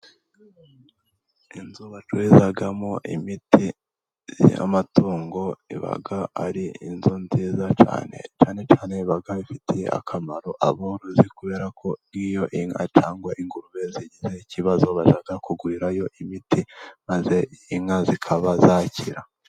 Inzu bacururizamo imiti y'amatungo iba ari inzu nziza cyane, cyane cyane iba ifitiye akamaro aborozi kubera ko iyo inka cyangwa ingurube zigize ikibazo bajya kugurirayo imiti maze inka zikaba zakira.